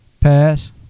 Pass